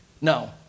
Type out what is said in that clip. No